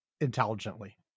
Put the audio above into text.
intelligently